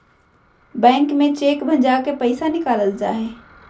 bank में cheque भंजा के पैसा निकालल जा हय